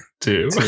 two